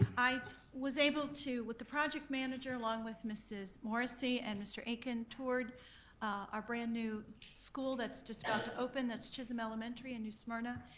i was able to, with the project manager along with mrs. morrissey and mr. akin, toured our brand new school that's just about to open. that's chisholm elementary in new smyrna.